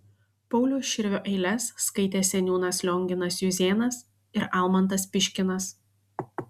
pauliaus širvio eiles skaitė seniūnas lionginas juzėnas ir almantas piškinas